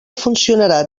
funcionarà